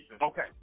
Okay